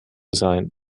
sein